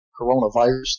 coronavirus